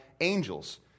angels